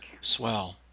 Swell